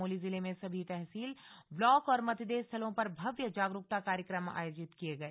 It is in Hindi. चमोली जिले में सभी तहसील ब्लाक और मतदेय स्थलों पर भव्य जागरूकता कार्यक्रम आयोजित किए गए